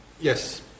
Yes